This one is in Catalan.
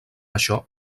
això